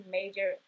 major